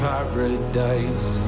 Paradise